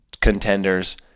contenders